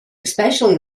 especially